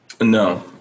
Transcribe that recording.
No